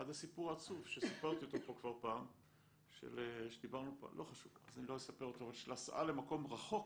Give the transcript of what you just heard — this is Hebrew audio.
עד הסיפור העצוב שסיפרתי אותו פה כבר פעם של הסעה למקום רחוק